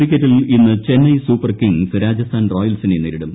ക്രിക്കറ്റിൽ ഇന്ന് Chennai super kings Rajasthan റോയൽസിനെ നേരിടും